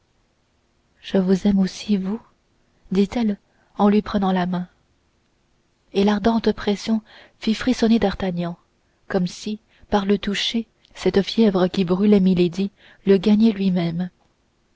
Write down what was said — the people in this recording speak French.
je vous aime aussi vous dit-elle en lui prenant la main et l'ardente pression fit frissonner d'artagnan comme si par le toucher cette fièvre qui brûlait milady le gagnait lui-même